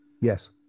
Yes